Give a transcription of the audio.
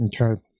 Okay